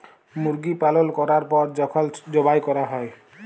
মুরগি পালল ক্যরার পর যখল যবাই ক্যরা হ্যয়